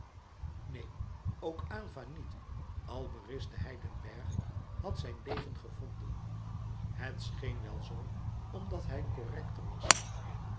neen ook aylva niet al berispte hij den bergh had zijn leven gevonden het scheen wel zoo omdat hij correcter was